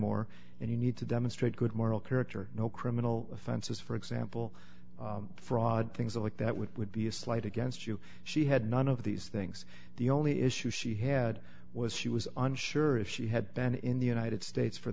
more and you need to demonstrate good moral character no criminal offenses for example fraud things like that which would be a slight against you she had none of these things the only issue she had was she was unsure if she had been in the united states for